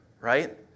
right